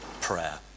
prayer